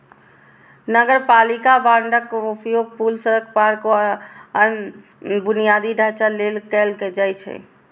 नगरपालिका बांडक उपयोग पुल, सड़क, पार्क, आ अन्य बुनियादी ढांचा लेल कैल जाइ छै